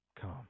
Come